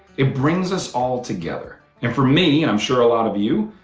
it brings us all together. and for me, and i'm sure a lot of you,